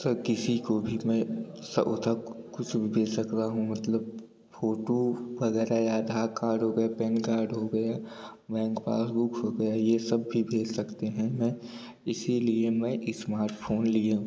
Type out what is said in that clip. स किसी को भी मैं सौउथक कुछ भी भेज सकता हूँ मतलब फ़ोटो वगैरह आधार कार्ड हो गए पैन कार्ड हो गए बैंक पासबुक हो गया यह सब भी भेज सकते हैं मैं इसीलिए मैं इस्मार्ट फ़ोन लिए